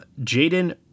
Jaden